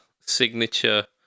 signature